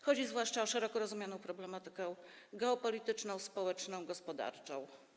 Chodzi zwłaszcza o szeroko rozumiane problematyki: geopolityczną, społeczną i gospodarczą.